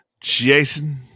Jason